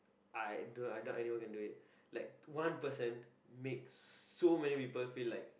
I do I doubt anyone can do it like one person make so many people feel like